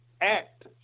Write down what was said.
act